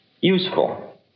useful